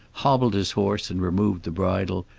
hobbled his horse and removed the bridle,